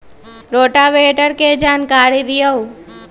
Rotavator के जानकारी दिआउ?